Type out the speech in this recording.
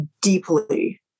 deeply